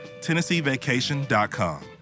TennesseeVacation.com